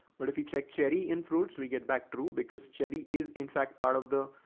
but if you check cherry in fruits, we get back through because cherry is in fact part of the.